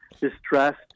distressed